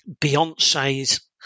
Beyonce's